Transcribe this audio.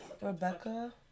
Rebecca